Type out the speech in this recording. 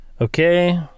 Okay